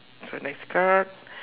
so next card